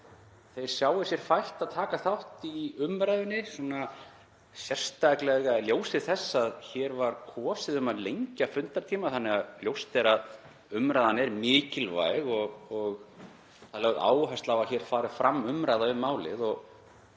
þeir sjái sér fært að taka þátt í umræðunni, sérstaklega í ljósi þess að hér voru greidd atkvæði um að lengja fundartíma þannig að ljóst er að umræðan er mikilvæg og lögð áhersla á að hér fari fram umræða um málið,